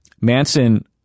Manson